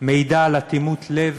מעידות על אטימות לב